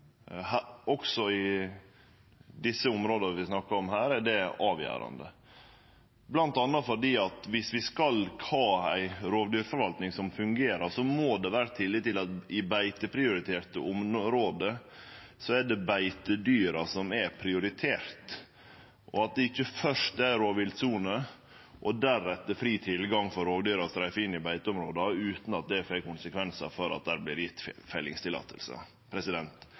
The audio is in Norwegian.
Også i dei områda vi snakkar om her, er det avgjerande, bl.a. fordi at om vi skal ha ei rovdyrforvalting som fungerer, må det vere tillit til at i beiteprioriterte område er det beitedyra som er prioriterte – at det ikkje først er rovviltsoner og deretter fri tilgang for rovdyra som ein finn i beiteområda, utan at det får som konsekvens at